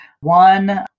One